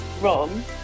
wrong